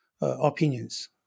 opinions